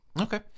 Okay